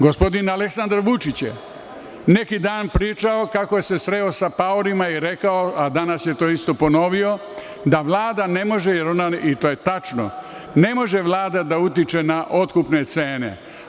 Gospodin Aleksandar Vučić je neki dan pričao kako se sreo sa paorima i rekao, a danas je to isto ponovio, da Vlada ne može, i to je tačno, da utiče na otkupne cene.